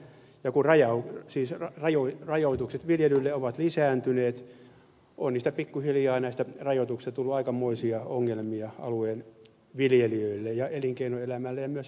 joku raja on siis aika raju kun rajoitukset viljelylle ovat lisääntyneet on näistä rajoituksista pikkuhiljaa tullut aikamoisia ongelmia alueen viljelijöille ja elinkeinoelämälle ja myös asutukselle